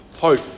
hope